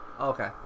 Okay